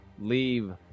Leave